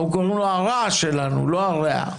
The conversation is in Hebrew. אנחנו קוראים לו הרַע שלנו, לא הרֵעַ.